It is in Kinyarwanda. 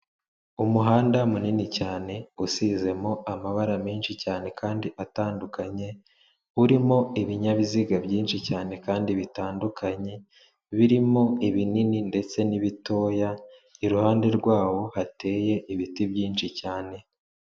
Umuhanda munini cyane usizemo amabara menshi cyane kandi atandukanye, urimo ibinyabiziga byinshi cyane kandi bitandukanye, birimo ibinini ndetse n'ibitoya, iruhande rwawo hateye ibiti byinshi cyane.